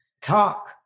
talk